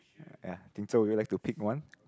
ya Ding Zhou you like to pick one